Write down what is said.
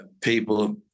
people